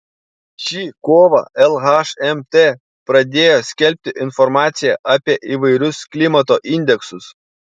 šį kovą lhmt pradėjo skelbti informaciją apie įvairius klimato indeksus